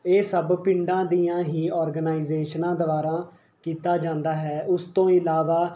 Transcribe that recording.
ਇਹ ਸਭ ਪਿੰਡਾਂ ਦੀਆਂ ਹੀ ਔਰਗਨਾਈਜੇਸ਼ਨਾਂ ਦੁਆਰਾ ਕੀਤਾ ਜਾਂਦਾ ਹੈ ਉਸ ਤੋਂ ਇਲਾਵਾ